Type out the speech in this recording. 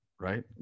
right